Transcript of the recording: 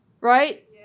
Right